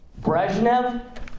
Brezhnev